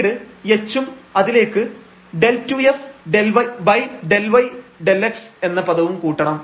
പിന്നീട് h ഉം അതിലേക്ക് ∂2f∂y∂x എന്ന പദവും കൂട്ടണം